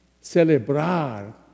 celebrar